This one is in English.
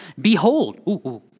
Behold